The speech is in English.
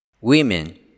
Women